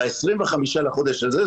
ב-25 בחודש הזה,